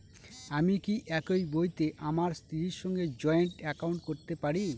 আমি কি একই বইতে আমার স্ত্রীর সঙ্গে জয়েন্ট একাউন্ট করতে পারি?